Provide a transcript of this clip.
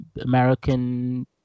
American